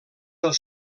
del